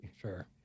Sure